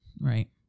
Right